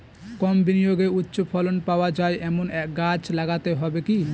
কম বিনিয়োগে উচ্চ ফলন পাওয়া যায় এমন গাছ লাগাতে হবে কি?